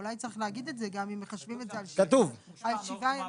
אולי צריך להגיד את זה גם אם מחשבים את זה על שבעה ימים.